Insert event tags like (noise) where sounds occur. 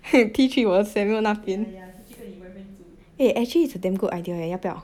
(noise) 踢去我 samuel 那边 eh actually it's damn good idea eh 要不要